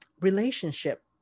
relationship